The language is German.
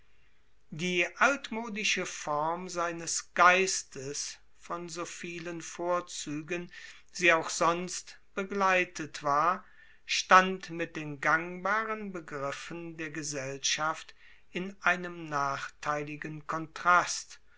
die altmodische form seines geistes von so vielen vorzügen sie auch sonst begleitet war stand mit den gangbaren begriffen der gesellschaft in einem nachteiligen kontrast